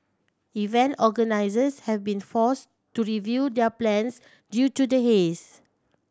event organisers have been forced to review their plans due to the haze